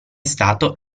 stato